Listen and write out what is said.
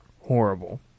horrible